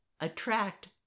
attract